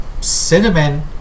Cinnamon